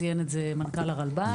כמו שציין מנכ"ל הרלב"ד.